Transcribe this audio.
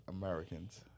Americans